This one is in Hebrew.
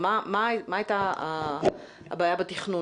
מה הייתה הבעיה בתכנון?